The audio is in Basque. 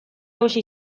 hauxe